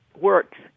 works